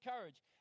courage